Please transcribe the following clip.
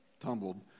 tumbled